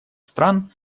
стран